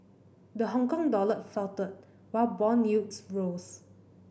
the Hongkong dollar faltered while bond yields rose